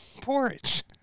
porridge